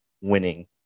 winning